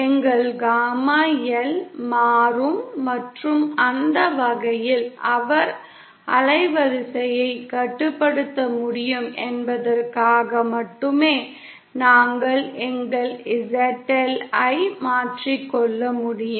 எங்கள் gamma L மாறும் மற்றும் அந்த வகையில் அவர் அலைவரிசையை கட்டுப்படுத்த முடியும் என்பதற்காக மட்டுமே நாங்கள் எங்கள் ZL ஐ மாற்றிக் கொள்ள முடியும்